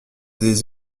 des